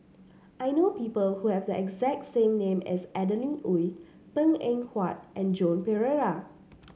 I know people who have the exact same name as Adeline Ooi Png Eng Huat and Joan Pereira